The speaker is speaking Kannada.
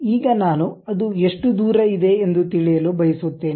ಈಗ ನಾನು ಅದು ಎಷ್ಟು ದೂರ ಇದೆ ಎಂದು ತಿಳಿಯಲು ಬಯಸುತ್ತೇನೆ